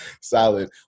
Solid